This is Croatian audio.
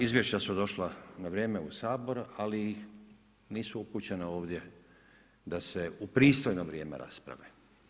Izvješća su došla na vrijeme u Sabor, ali nisu upućena ovdje da se u prostorno vrijeme raspravlja.